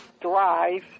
drive